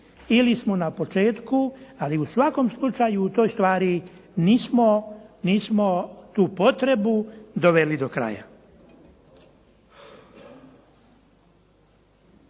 ili smo na početku, ali u svakom slučaju u toj stvari nismo tu potrebu doveli do kraja.